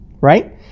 Right